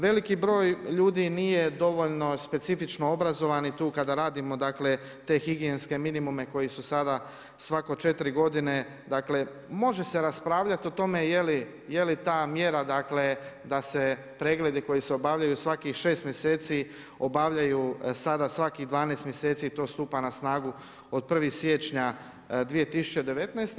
Veliki broj ljudi nije dovoljno specifično obrazovan i tu kada radimo dakle te higijenske minimume koji su sada svako 4 godine, dakle može se raspravljati o tome je li ta mjera dakle da se pregledi koji se obavljaju svakih 6 mjeseci obavljaju sada svakih 12 mjeseci i to stupa na snagu od 1. siječnja 2019.